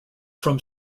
from